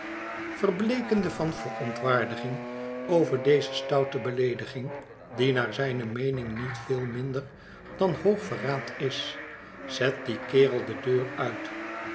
verbleekende van verontwaardiging over deze stoute beleediging die naar zijne meening niet veel minder dan hoog verraad is zet dien kerel de deur uitl